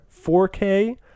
4K